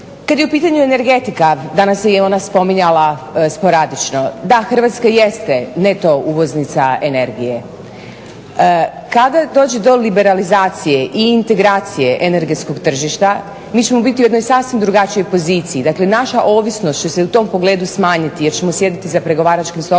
Kad je u pitanju energetika, danas se i ona spominjala sporadično. Da Hrvatska jeste neto uvoznica energije. Kada dođe do liberalizacije i integracije energetskog tržišta mi ćemo biti u sasvim drugačijoj poziciji dakle naša ovisnost će se u tom pogledu smanjiti jer ćemo sjediti za pregovaračkim stolom